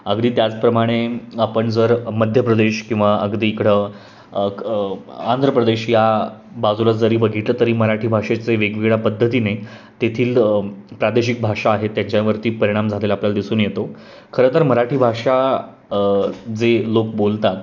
अगदी त्याचप्रमाणे आपण जर मध्य प्रदेश किंवा अगदी इकडं आंध्र प्रदेश या बाजूला जरी बघितलं तरी मराठी भाषेचे वेगवेगळ्या पद्धतीने तेथील प्रादेशिक भाषा आहे त्याच्यावरती परिणाम झालेला आपल्याला दिसून येतो खरंतर मराठी भाषा जे लोक बोलतात